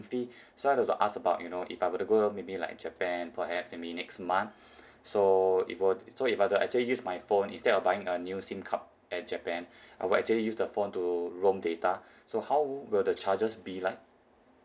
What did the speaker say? fee so I want to ask about you know if I were to go maybe like japan perhaps maybe next month so if so if I were to actually use my phone instead of buying a new SIM card at japan I will actually use the phone to roam data so how will the charges be like